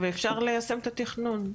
ואפשר ליישם את התכנון.